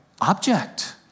object